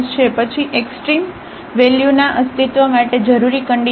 પછી એક્સ્ટ્રીમમ વેલ્યુના અસ્તિત્વ માટે જરૂરી કન્ડિશન